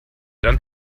dann